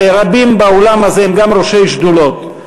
ורבים באולם הזה הם גם ראשי שדולות.